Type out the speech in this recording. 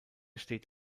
steht